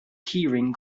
keyring